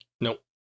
nope